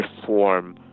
reform